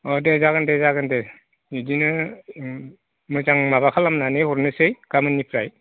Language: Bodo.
अ दे जागोन दे जागोन दे बिदिनो मोजां माबा खालामनानै हरनोसै गाबोननिफ्राय